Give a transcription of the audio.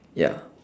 ya